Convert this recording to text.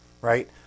right